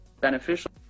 beneficial